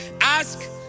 ask